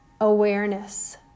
awareness